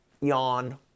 Yawn